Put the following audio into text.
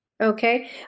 Okay